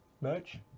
merch